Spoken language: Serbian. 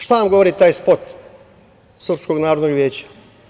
Šta nam govori taj spot Srpskog narodnog veća?